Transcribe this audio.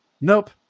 nope